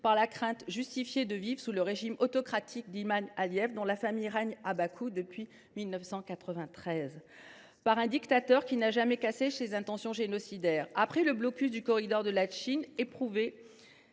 par la crainte justifiée de vivre sous le régime autocratique de M. Ilham Aliev, dont la famille règne à Bakou depuis 1993. Ce dictateur n’a jamais caché ses intentions génocidaires. Après le blocus du corridor de Latchine, après